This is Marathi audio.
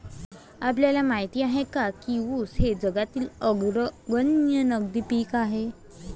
आपल्याला माहित आहे काय की ऊस हे जगातील अग्रगण्य नगदी पीक आहे?